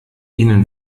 ihnen